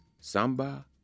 Samba